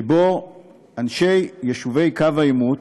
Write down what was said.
שאנשי יישובי קו העימות,